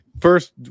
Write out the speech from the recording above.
First